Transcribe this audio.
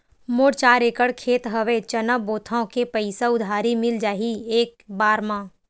मोर चार एकड़ खेत हवे चना बोथव के पईसा उधारी मिल जाही एक बार मा?